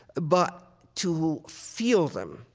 but to feel them,